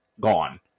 gone